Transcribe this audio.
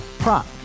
Prop